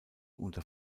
unter